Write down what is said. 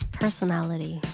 personality